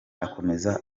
akomeza